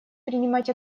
принимать